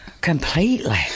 Completely